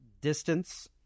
distance